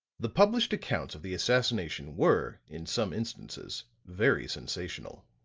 the published accounts of the assassination were, in some instances, very sensational.